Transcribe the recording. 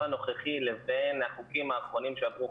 הנוכחי לבין החוקים האחרונים שעברו,